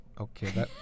Okay